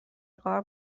غار